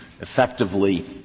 effectively